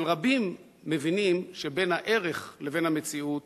אבל רבים מבינים שבין הערך לבין המציאות